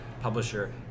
publisher